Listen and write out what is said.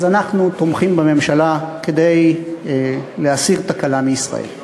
אז אנחנו תומכים בהצעה כדי להסיר תקלה מישראל.